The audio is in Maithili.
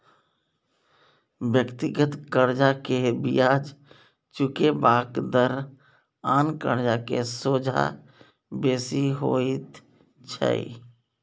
व्यक्तिगत कर्जा के बियाज चुकेबाक दर आन कर्जा के सोंझा बेसी होइत छै